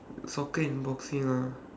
soccer and boxing ah